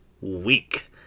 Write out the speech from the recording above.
week